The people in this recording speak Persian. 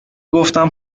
گفتم